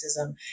racism